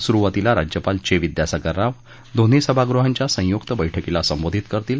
सुरुवातीला राज्यपाल चे विद्यासागर राव दोन्ही सभागृहांच्या संयुक्त बैठकीला संबोधित करतील